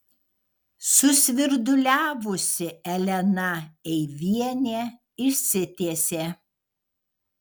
susvirduliavusi elena eivienė išsitiesė